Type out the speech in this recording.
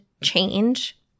change